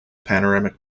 panoramic